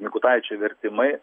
mikutaičiai vertimai